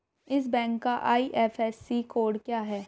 इस बैंक का IFSC code क्या है?